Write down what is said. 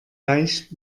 leicht